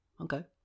Okay